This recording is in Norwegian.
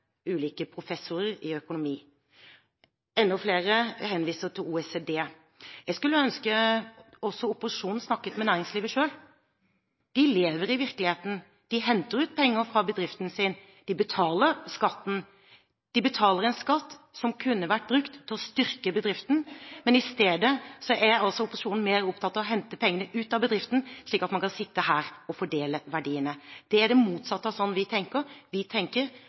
ulike professorer i økonomi. Enda flere henviser til OECD. Jeg skulle ønske også opposisjonen snakket med næringslivet selv. De lever i virkeligheten, de henter ut penger fra bedriften sin, de betaler skatten. De betaler en skatt som kunne vært brukt til å styrke bedriften, men i stedet er altså opposisjonen mer opptatt av å hente pengene ut av bedriften, slik at man kan sitte her og fordele verdiene. Det er det motsatte av slik vi tenker. Vi tenker